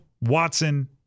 Watson